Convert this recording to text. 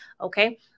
okay